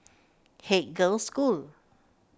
Haig Girls' School